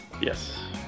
Yes